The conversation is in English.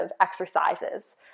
exercises